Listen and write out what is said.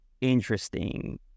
interesting